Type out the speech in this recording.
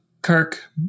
Kirk